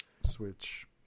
Switch